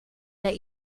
that